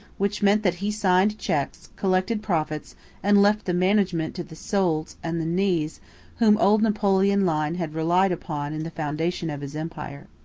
which meant that he signed cheques, collected profits and left the management to the soults and the neys whom old napoleon lyne had relied upon in the foundation of his empire.